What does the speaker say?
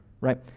right